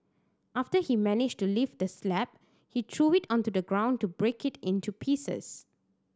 after he managed to lift the slab he threw it onto the ground to break it into pieces